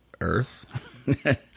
earth